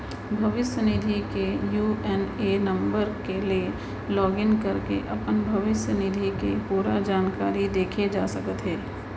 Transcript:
भविस्य निधि के यू.ए.एन नंबर ले लॉगिन करके अपन भविस्य निधि के पूरा जानकारी देखे जा सकत हे